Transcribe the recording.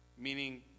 Meaning